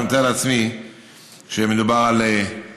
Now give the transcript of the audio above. אז אני מתאר לעצמי שמדובר על 2018,